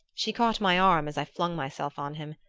she caught my arm as i flung myself on him.